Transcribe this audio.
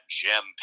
gem